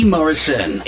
Morrison